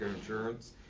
insurance